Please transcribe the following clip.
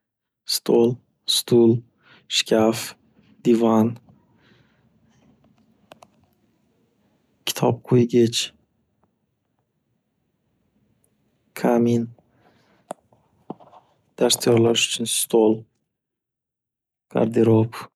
Stol, stul, shkaf, divan, kitob qo'ygich, kamin, dars tayyorlash uchun stol, garderob.